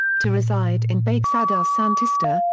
to reside in baixada santista,